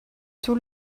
tout